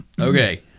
Okay